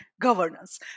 governance